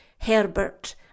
Herbert